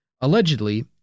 Allegedly